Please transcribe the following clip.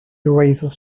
raises